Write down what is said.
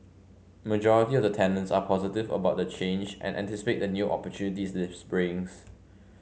majority of the tenants are positive about the change and anticipate the new opportunities this brings